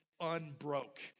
unbroke